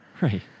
Right